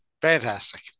fantastic